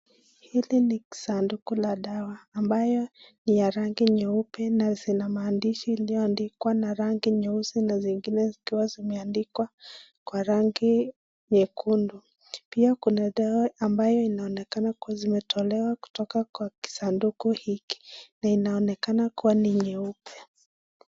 Hili ni sanduku ya dawa ambayo ni ya rangi nyeupe na zina maandishi iliyoandikwa na rangi nyeusi na zingine zikiwa zimeandikwa kwa rangi nyekundu, pia kuna dawa ambayo inaonekana kuwa zimetolewa kutoka kwa kisanduku hiki na inaonekana kuwa ni nyeupe.